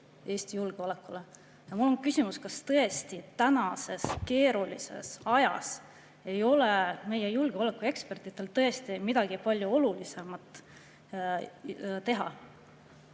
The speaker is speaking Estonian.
Eesti julgeolekule. Mul on küsimus, kas tõesti tänases keerulises ajas ei ole meie julgeolekuekspertidel midagi palju olulisemat teha.